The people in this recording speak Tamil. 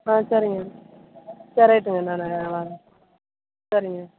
ஆ சரிங்க சரி ரைட்டுங்க என்னென்னு வாங்க சரிங்க